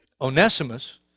Onesimus